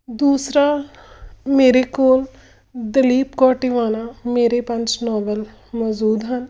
ਦੂਸਰਾ ਮੇਰੇ ਕੋਲ ਦਲੀਪ ਕੌਰ ਟਿਵਾਣਾ ਮੇਰੇ ਪੰਸ਼ ਨੋਵਲ ਮੌਜੂਦ ਹਨ